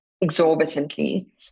exorbitantly